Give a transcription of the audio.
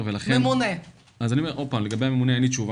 לגבי הממונה אין לי תשובה